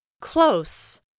Close